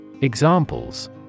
Examples